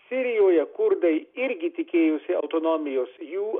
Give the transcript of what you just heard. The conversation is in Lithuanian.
sirijoje kurdai irgi tikėjosi autonomijos jų